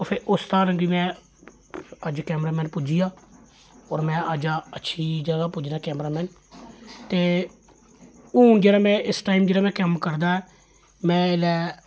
फिर उस कारण अज्ज में कैमरा मैन पुज्जी गेआ होर में अज्ज अच्छी जगह् पुज्जे दा कैमरा मैन ते हून जेह्ड़ा में इस टाइम जेह्ड़ा में कम्म करदा ऐ में एल्लै